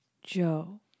Joe